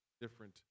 different